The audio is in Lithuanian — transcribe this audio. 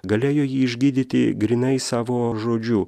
galėjo jį išgydyti grynai savo žodžiu